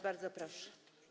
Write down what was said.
Bardzo proszę.